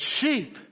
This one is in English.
sheep